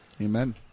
Amen